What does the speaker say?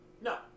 No